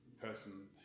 person